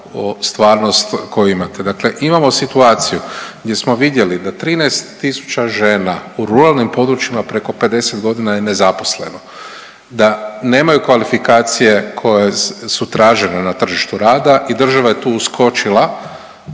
stvarnost koju imate. Dakle imamo situaciju gdje smo vidjeli da 13 tisuća žena u ruralnim područjima preko 50.g. je nezaposleno, da nemaju kvalifikacije koje su tražene na tržištu rada i država je tu uskočila